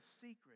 secret